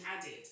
added